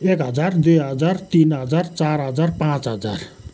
एक हजार दुई हजार तिन हजार चार हजार पाँच हजार